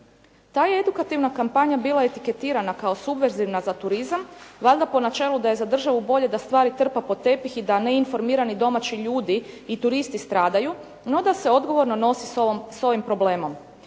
Ta je edukativna kampanja bila etiketirana kao subverzivna za turizam, valjda po načelu da je za državu bolje da stvari trpa pod tepih i da neinformirani domaći ljudi i turisti stradaju, no da se odgovorno nosi s ovim problemom.